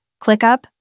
ClickUp